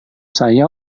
saya